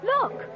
Look